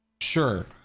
sure